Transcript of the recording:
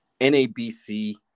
NABC